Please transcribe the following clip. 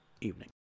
evening